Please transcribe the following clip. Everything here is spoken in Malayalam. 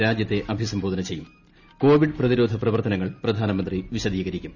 രാജ്യത്തെ അഭിസംബോധന ചെയ്യും കോവിഡ് പ്രതിരോധ പ്രവർത്തനങ്ങൾ പ്രധാനമന്ത്രി വിശദീകരിക്കും